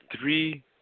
three